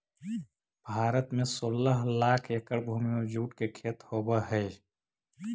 भारत में सोलह लाख एकड़ भूमि में जूट के खेती होवऽ हइ